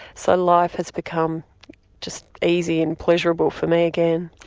so life has become just easy and pleasurable for me again.